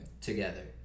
together